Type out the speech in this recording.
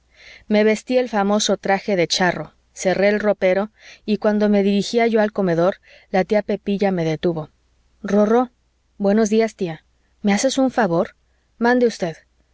me vestí el famoso traje de charro cerré el ropero y cuando me dirigía yo al comedor la tía pepilla me detuvo rorró buenos días tía me haces un favor mande usted